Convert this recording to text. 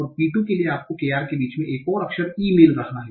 और P2 के लिए आपको kr के बीच में एक और अक्षर e मिल रहा है